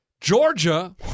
Georgia